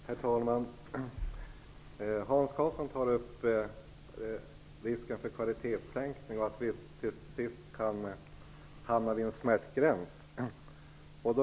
Herr talman! Hans Karlsson talar om risken för kvalitetssänkning. Han säger att man till slut hamnar vid en smärtgräns.